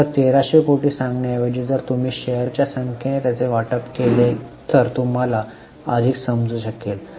तर 1300 कोटी सांगण्या ऐवजी जर तुम्ही शेअर्सच्या संख्येने त्याचे वाटप केले तर तुम्हाला अधिक समजू शकेल